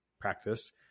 practice